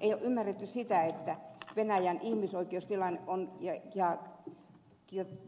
ei ole ymmärretty sitä että venäjän ihmisoikeustilanne